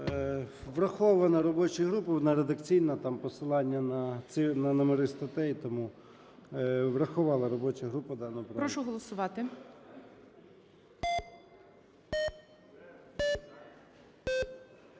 Врахована робочою групою. Вона редакційна, там посилання на номери статей. Тому врахувала робоча група дану правку. ГОЛОВУЮЧИЙ. Прошу голосувати.